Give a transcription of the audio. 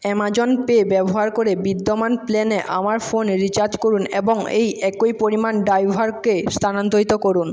Amazon Pay ব্যবহার করে বিদ্যমান প্ল্যানে আমার ফোন রিচার্জ করুন এবং এই একই পরিমাণ ড্রাইভারকে স্থানান্তরিত করুন